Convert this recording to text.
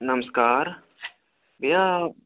नमस्कार भैया